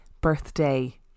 birthday